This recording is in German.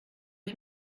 ich